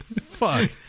Fuck